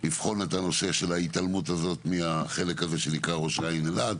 לבחון את הנושא של ההתעלמות הזאת מהחלק הזה שנקרא ראש העין-אלעד